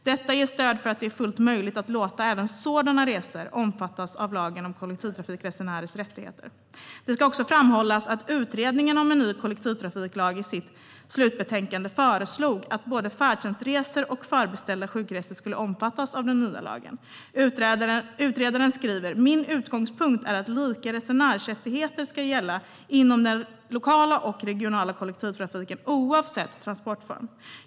Detta ger stöd för att det är fullt möjligt att låta även sådana resor omfattas av lagen om kollektivtrafikresenärers rättigheter. Det ska också framhållas att Utredningen om en ny kollektivtrafiklag i sitt slutbetänkande föreslog att både färdtjänstresor och förbeställda sjukresor skulle omfattas av den nya lagen. Utredaren skriver "Min utgångspunkt är att lika resenärsrättigheter ska gälla inom den lokala och regionala kollektivtrafiken oavsett transportform.